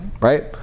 right